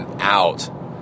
out